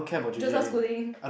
Joseph-Schooling